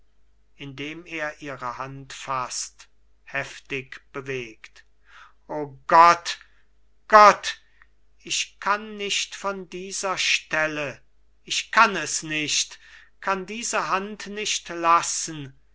indem er ihre hand faßt heftig bewegt o gott gott ich kann nicht von dieser stelle ich kann es nicht kann diese hand nicht lassen